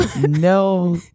no